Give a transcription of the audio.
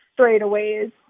straightaways